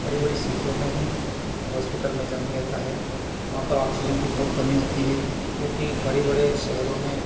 बड़ी बड़ी सीटियो में हीं हॉस्पिटल में जन्म लेता है वहाँ पर ऑक्सीजन की बहुत कमी होती है क्योंकि बड़ी बड़े शहरों में